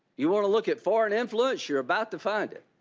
you want to look at foreign influence? you are about to find it.